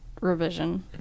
revision